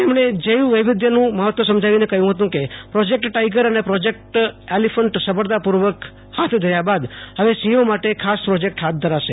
તેમણે જૈવ વૈવિધ્યનું મહત્વ સમજાવીને કહ્યું હતું કે પ્રોજેક્ટ ટાઇગર અને પ્રોજેકટ એલીફન્ટ સફળતાપૂ ર્વક હાથ ધર્યા બાદ ફવેસિંહો માટે ખાસ પ્રોજેક્ટ હાથ ધરાશે